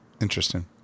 Interesting